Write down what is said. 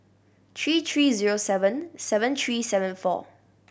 three three zero seven seven three seven four